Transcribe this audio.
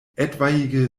etwaige